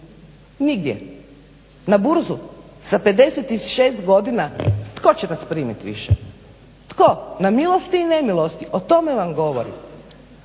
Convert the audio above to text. Nigdje. Na burzu sa 56 godina? Tko će nas primit više? Tko? Na milosti i nemilosti, o tome vam govorim.